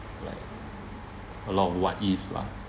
like a lot of what if lah